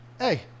hey